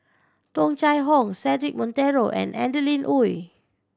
Tung Chye Hong Cedric Monteiro and Adeline Ooi